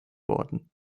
worden